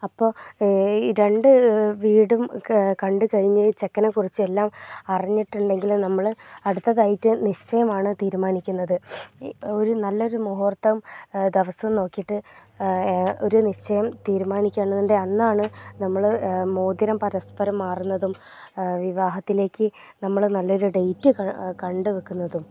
അപ്പോൾ ഈ രണ്ട് വീടും കണ്ട് കഴിഞ്ഞ് ചെക്കനെ കുറിച്ചെല്ലാം അറിഞ്ഞിട്ട് ഉണ്ടെങ്കിൽ നമ്മൾ അടുത്തതായിട്ട് നിശ്ചയമാണ് തീരുമാനിക്കുന്നത് ഈ ഒരു നല്ലൊരു മുഹൂർത്തം ദിവസം നോകിഴിട്ട് ഒരു നിശ്ചയം തീരുമാനിക്കുക ആണെന്നുണ്ടെങ്കിൽ അന്നാണ് നമ്മൾ മോതിരം പരസ്പരം മാറുന്നതും വിവാഹത്തിലേക്ക് നമ്മൾ നല്ലൊരു ഡേറ്റ് കണ്ട് വെക്കുന്നതും